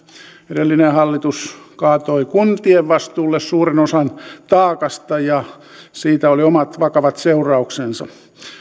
edellinen hallitus kaatoi kuntien vastuulle suuren osan taakasta ja siitä oli omat vakavat seurauksensa